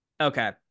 Okay